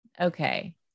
okay